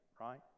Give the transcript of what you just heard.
right